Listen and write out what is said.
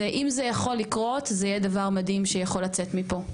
אז אם זה יכול לקרות זה יהיה דבר מדהים שיכול לצאת מפה.